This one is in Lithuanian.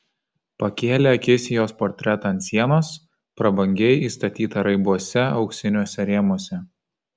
pakėlė akis į jos portretą ant sienos prabangiai įstatytą raibuose auksiniuose rėmuose